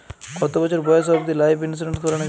কতো বছর বয়স অব্দি লাইফ ইন্সুরেন্স করানো যাবে?